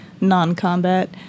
non-combat